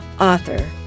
author